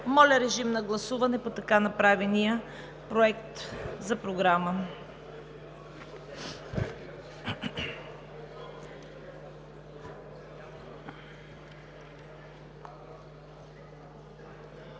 Моля, режим на гласуване по така направения Проект за програма.